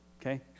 Okay